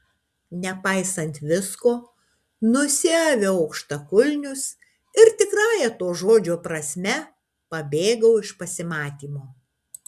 nepaisant visko nusiaviau aukštakulnius ir tikrąja to žodžio prasme pabėgau iš pasimatymo